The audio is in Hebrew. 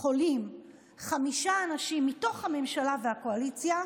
יכולים חמישה אנשים מתוך הממשלה והקואליציה,